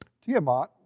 Tiamat